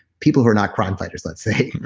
people who are not crime fighters, let's say